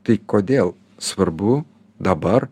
tai kodėl svarbu dabar